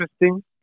interesting